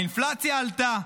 האינפלציה עלתה.